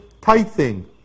tithing